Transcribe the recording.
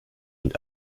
und